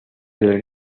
del